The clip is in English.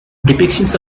depictions